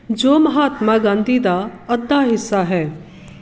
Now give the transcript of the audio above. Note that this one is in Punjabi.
ਜੋ ਮਹਾਤਮਾ ਗਾਂਧੀ ਦਾ ਅੱਧਾ ਹਿੱਸਾ ਹੈ